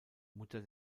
mutter